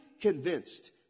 convinced